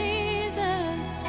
Jesus